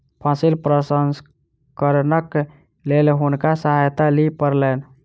फसिल प्रसंस्करणक लेल हुनका सहायता लिअ पड़लैन